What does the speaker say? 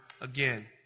again